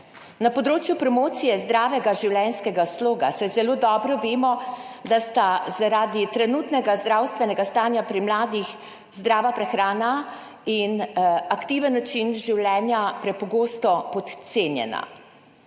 na področju promocije zdravega življenjskega sloga, saj zelo dobro vemo, da sta zaradi trenutnega zdravstvenega stanja pri mladih zdrava prehrana in aktiven način življenja prepogosto podcenjena.